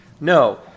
No